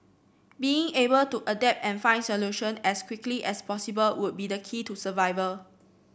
being able to adapt and find solution as quickly as possible would be the key to survival